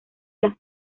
las